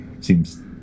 seems